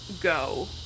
go